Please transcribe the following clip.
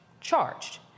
charged